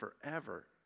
forever